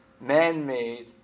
man-made